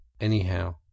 Anyhow